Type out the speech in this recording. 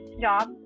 job